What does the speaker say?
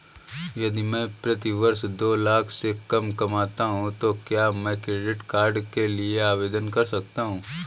यदि मैं प्रति वर्ष दो लाख से कम कमाता हूँ तो क्या मैं क्रेडिट कार्ड के लिए आवेदन कर सकता हूँ?